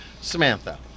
Samantha